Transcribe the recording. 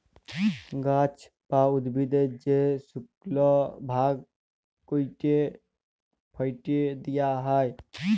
গাহাচের বা উদ্ভিদের যে শুকল ভাগ ক্যাইটে ফ্যাইটে দিঁয়া হ্যয়